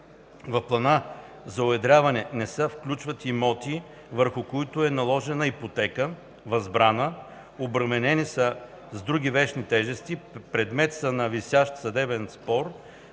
В плана за уедряване не се включват имоти, върху които е наложена ипотека, възбрана, обременени са с други вещни тежести, предмет са на висящ съдебен спор